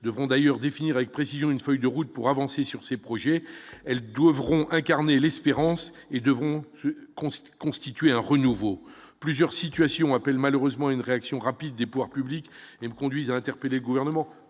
devront d'ailleurs définir avec précision une feuille de route pour avancer sur ces projets, ouvrons incarner l'espérance et devront consiste constituer un renouveau plusieurs situations appelle malheureusement une réaction rapide des pouvoirs publics conduisent à interpeller le gouvernement,